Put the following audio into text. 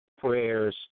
prayers